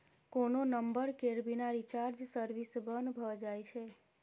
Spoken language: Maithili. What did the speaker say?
कोनो नंबर केर बिना रिचार्ज सर्विस बन्न भ जाइ छै